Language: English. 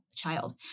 child